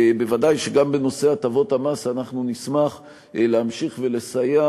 ודאי שגם בנושא הטבות המס אנחנו נשמח להמשיך ולסייע